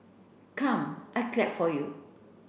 come I clap for you